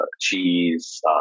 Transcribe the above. cheese